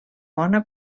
bona